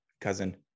cousin